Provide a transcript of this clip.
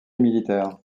militaire